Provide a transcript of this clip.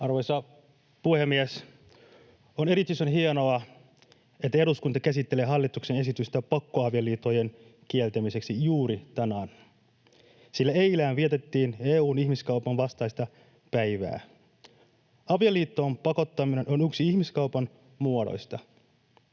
Arvoisa puhemies! On erityisen hienoa, että eduskunta käsittelee hallituksen esitystä pakkoavioliittojen kieltämiseksi juuri tänään, sillä eilen vietettiin EU:n ihmiskaupan vastaista päivää. Avioliittoon pakottaminen on yksi ihmiskaupan muodoista.